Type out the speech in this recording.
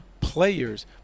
players